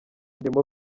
ndimo